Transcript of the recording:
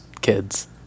kids